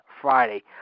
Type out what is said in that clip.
Friday